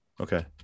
Okay